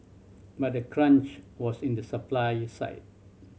but the crunch was in the supply side